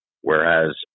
Whereas